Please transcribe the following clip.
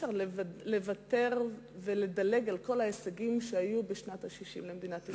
אי-אפשר לוותר ולדלג על כל ההישגים שהיו בשנת ה-60 למדינת ישראל.